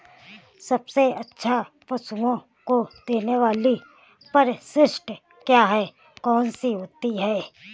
सबसे अच्छा पशुओं को देने वाली परिशिष्ट क्या है? कौन सी होती है?